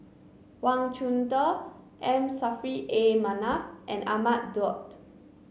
Wang Chunde M Saffri A Manaf and Ahmad Daud